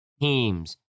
teams